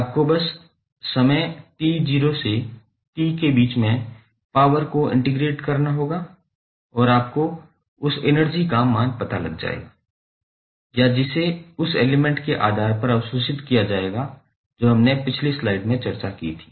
आपको बस समय 𝑡0 से t के बीच में पॉवर को इंटीग्रेट करना होगा और आपको उस एनर्जी का मान पता लग जायेगा या जिसे उस एलिमेंट के आधार पर अवशोषित किया जाएगा जो हमने पिछली स्लाइड में चर्चा की थी